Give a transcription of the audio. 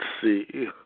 see